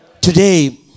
Today